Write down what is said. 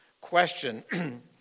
question